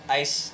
ice